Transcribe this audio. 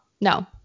no